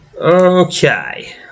Okay